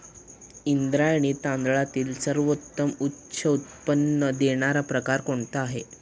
इंद्रायणी तांदळातील सर्वोत्तम उच्च उत्पन्न देणारा प्रकार कोणता आहे?